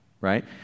right